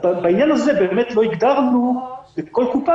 בעניין הזה באמת לא הגדרנו לכל קופה,